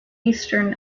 eastern